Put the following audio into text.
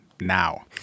now